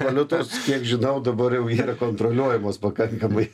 valiutos kiek žinau dabar jau yra kontroliuojamos pakankamai